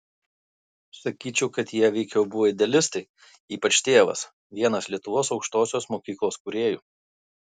sakyčiau kad jie veikiau buvo idealistai ypač tėvas vienas lietuvos aukštosios mokyklos kūrėjų